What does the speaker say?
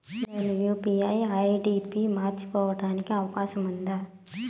నేను UPI ID పి మార్చుకోవడానికి అవకాశం ఉందా?